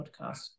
podcast